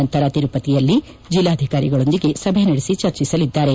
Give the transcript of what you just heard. ನಂತರ ತಿರುಪತಿಯಲ್ಲಿ ಜಿಲ್ಲಾಧಿಕಾರಿಗಳೊಂದಿಗೆ ಸಭೆ ನಡೆಸಿ ಚರ್ಚಿಸಲಿದ್ದಾರೆ